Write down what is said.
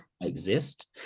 exist